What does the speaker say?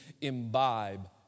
imbibe